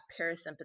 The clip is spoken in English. parasympathetic